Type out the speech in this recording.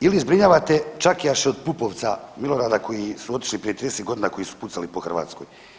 ili zbrinjavate čakijaše od Pupovca Milorada koji su otišli prije 30 godina koji su pucali po Hrvatskoj?